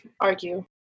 argue